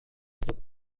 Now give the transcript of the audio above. the